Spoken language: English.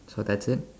so that's it